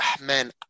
man